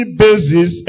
basis